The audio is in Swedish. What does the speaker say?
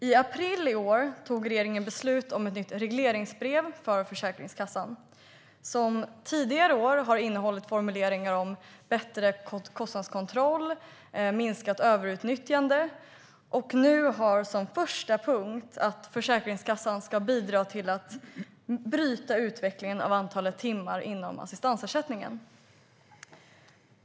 I april i år fattade regeringen beslut om ett nytt regleringsbrev för Försäkringskassan. Tidigare år har regleringsbrevet innehållit formuleringar om bättre kostnadskontroll och minskat överutnyttjande, och nu har det som första punkt att Försäkringskassan ska bidra till att bryta utvecklingen vad gäller antalet timmar inom assistansersättningen.